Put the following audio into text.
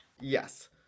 Yes